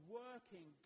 working